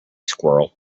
squirrel